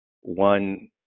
one